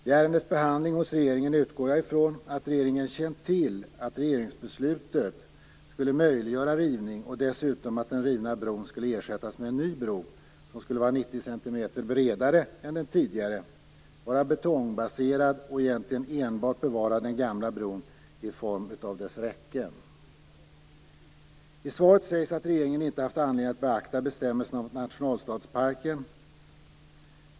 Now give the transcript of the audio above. I ärendets behandling hos regeringen utgår jag ifrån att regeringen känt till att regeringsbeslutet skulle möjliggöra rivning och dessutom att den rivna bron skulle ersättas med en ny bro som skulle vara 90 cm bredare än den tidigare och betongbaserad. Av den gamla bron skulle egentligen enbart dess räcken bevaras. I svaret sägs att regeringen inte haft anledning att beakta bestämmelserna om nationalstadsparken.